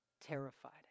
terrified